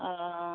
অঁ